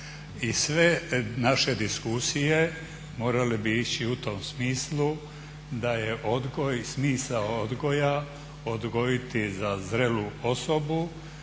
I sve naše diskusije morale bi ići u tom smislu da je odgoj smisao odgoja odgojiti za zrelu osobu,